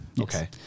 Okay